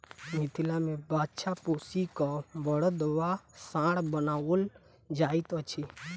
मिथिला मे बाछा पोसि क बड़द वा साँढ़ बनाओल जाइत अछि